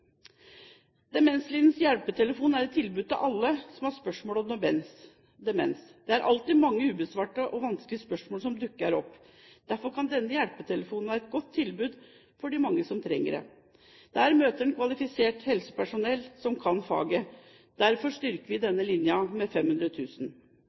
Demenslinjens hjelpetelefon er et tilbud til alle som har spørsmål om demens. Det er alltid mange ubesvarte og vanskelige spørsmål som dukker opp, Derfor kan denne hjelpetelefonen være et godt tilbud for de mange som trenger det. Der møter en kvalifisert helsepersonell, som kan faget. Derfor styrker vi